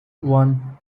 one